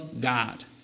God